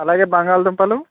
అలాగే బంగాళదుంపలు